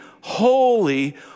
holy